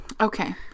Okay